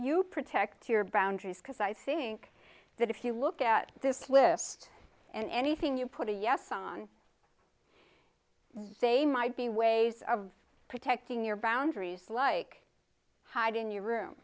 you protect your boundaries because i think that if you look at this lift and anything you put a yes on they might be ways of protecting your boundaries like hide in your room